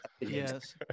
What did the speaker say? yes